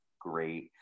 great